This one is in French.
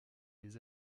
les